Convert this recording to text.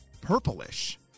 purplish